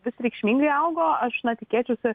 vis reikšmingai augo aš na tikėčiausi